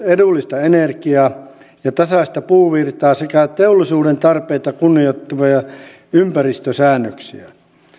edullista energiaa ja tasaista puuvirtaa sekä teollisuuden tarpeita kunnioittavia ympäristösäännöksiä